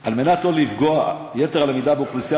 על מנת לא לפגוע יתר על המידה באוכלוסייה